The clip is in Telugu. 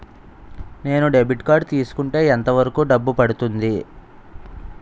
నేను డెబిట్ కార్డ్ తీసుకుంటే ఎంత వరకు డబ్బు పడుతుంది?